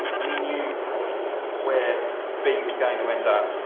you knew where b was going to end up.